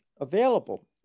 available